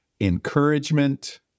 encouragement